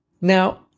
Now